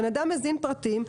הבן אדם הזין פרטים,